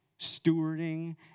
stewarding